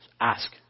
Ask